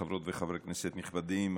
חברות וחברי כנסת נכבדים,